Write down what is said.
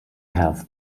have